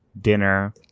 dinner